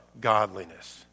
godliness